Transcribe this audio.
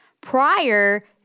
Prior